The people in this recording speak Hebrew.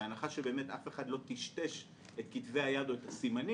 בהנחה שבאמת אף אחד לא טשטש את כתבי היד או את הסימנים,